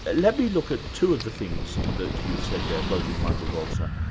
ah let me look at two of the things that you've said there, quoting michael waltzer.